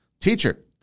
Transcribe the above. Teacher